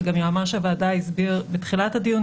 וגם יועמ"ש הוועדה הסביר בתחילת הדיון,